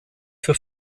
für